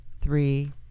three